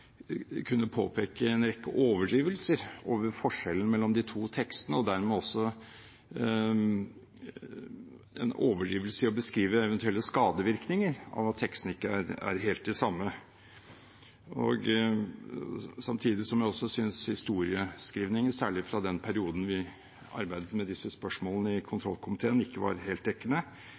kunne påpeke en rekke overdrivelser om forskjellen mellom de to tekstene, og dermed også en overdrivelse i å beskrive eventuelle skadevirkninger av at tekstene ikke er helt de samme. Samtidig synes jeg historieskrivningen, særlig fra den perioden vi arbeidet med disse spørsmålene i kontrollkomiteen, ikke var helt dekkende.